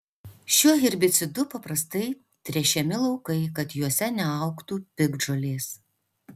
šiuo herbicidu paprastai tręšiami laukai kad juose neaugtų piktžolės